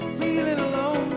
feelin' alone